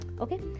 okay